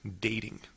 dating